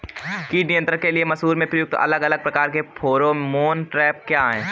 कीट नियंत्रण के लिए मसूर में प्रयुक्त अलग अलग प्रकार के फेरोमोन ट्रैप क्या है?